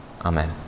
Amen